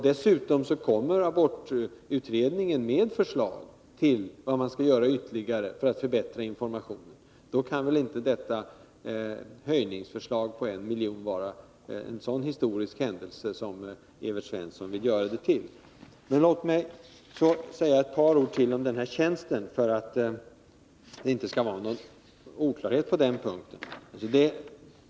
Dessutom kommer abortutredningen med förslag om vad man skall göra ytterligare för att förbättra informationen. Då kan väl inte detta höjningsförslag på 1 milj.kr. vara en så historisk händelse som Evert Svensson vill göra det till. Låt mig så säga ett par ord till om den här gynekologtjänsten, för att det inte skall råda någon oklarhet på den punkten.